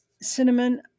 Cinnamon